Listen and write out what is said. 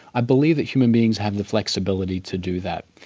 i believe that human beings have the flexibility to do that.